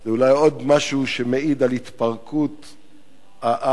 זה אולי עוד משהו שמעיד על התפרקות העם,